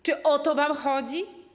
Czy o to wam chodzi?